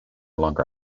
longer